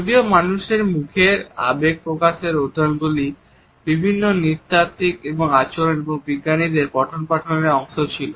যদিও মানুষের মুখের আবেগ প্রকাশের অধ্যয়নগুলি বিভিন্ন নৃতাত্ত্বিক এবং আচরণ বিজ্ঞানীদের পঠন পাঠনের অংশ ছিল